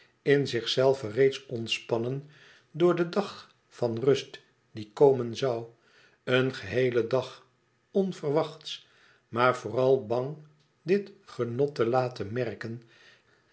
in zichzelven reeds ontspannen door den dag van rust die komen zoude een geheelen dag onverwachts maar vooral bang dit genot te laten merken